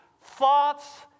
thoughts